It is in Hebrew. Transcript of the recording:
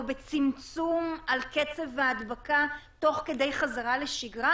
בצמצום של קצב ההדבקה תוך כדי חזרה לשגרה,